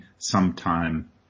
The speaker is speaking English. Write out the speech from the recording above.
sometime